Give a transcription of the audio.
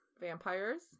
vampires